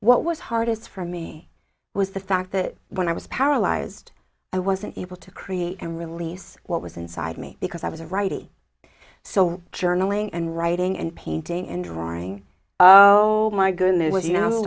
what was hardest for me was the fact that when i was paralyzed i wasn't able to create and release what was inside me because i was a righty so journaling and writing and painting and drawing so my go in there was you know